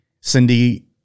Cindy